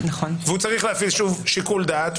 והוא צריך להפעיל שוב שיקול דעת.